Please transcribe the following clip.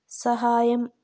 సహాయం